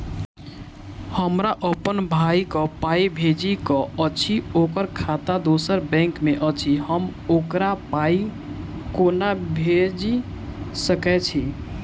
हमरा अप्पन भाई कऽ पाई भेजि कऽ अछि, ओकर खाता दोसर बैंक मे अछि, हम ओकरा पाई कोना भेजि सकय छी?